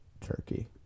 turkey